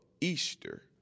Easter